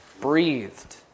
breathed